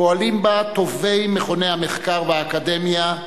פועלים בה טובי מכוני המחקר והאקדמיה,